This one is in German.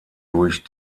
durch